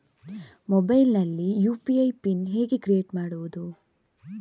Mobile ನಲ್ಲಿ UPI pin ಹೇಗೆ create ಮಾಡುವುದು?